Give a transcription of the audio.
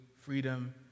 freedom